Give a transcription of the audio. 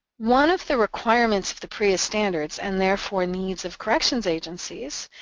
one of the requirements of the prea standards, and therefore needs of corrections agencies,